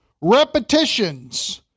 repetitions